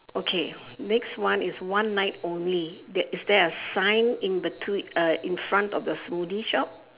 okay next one is one night only that is there a sign in between uh in front of the smoothie shop